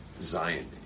Zion